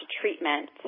treatment